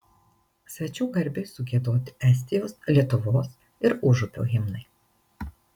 svečių garbei sugiedoti estijos lietuvos ir užupio himnai